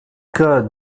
cas